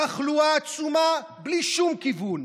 תחלואה עצומה בלי שום כיוון.